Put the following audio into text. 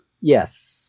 Yes